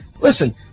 listen